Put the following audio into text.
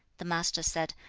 the master said,